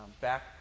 back